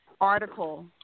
article